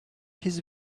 his